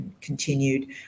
continued